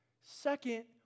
Second